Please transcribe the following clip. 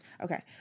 Okay